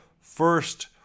first